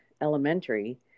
elementary